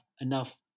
enough